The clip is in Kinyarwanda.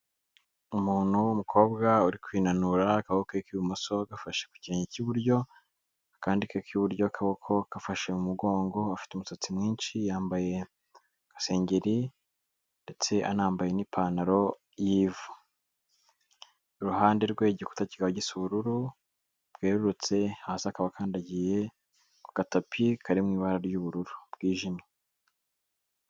Umuntu w'umukobwa uri kwinanura, akaboko ke k'ibumoso gafashe ku kirenge cy'iburyo, akandi ke k'iburyo akaboko gafashe mu mugongo, afite umusatsi mwinshi, yambaye isengeri ndetse anambaye n'ipantaro y'ivu. Iruhande rwe igikuta kikaba gisa ubururu bwerurutse, hasi akaba akandagiye ku gatapi kari mu ibara ry'ubururu bwijimye.